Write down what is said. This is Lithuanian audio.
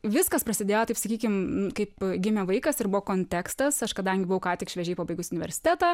viskas prasidėjo taip sakykim kaip gimė vaikas ir buvo kontekstas aš kadangi buvau ką tik šviežiai pabaigus universitetą